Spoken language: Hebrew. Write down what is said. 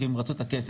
כי הם רצו את הכסף,